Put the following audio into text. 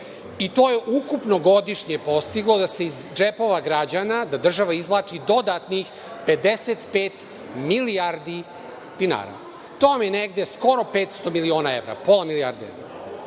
i to je ukupno godišnje postiglo da se iz džepova građana, da država izvlači dodatnih 55 milijardi dinara. To je negde skoro 500 miliona evra, pola milijardi evra.